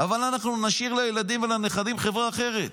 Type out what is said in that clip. אבל אנחנו נשאיר לילדים ולנכדים חברה אחרת,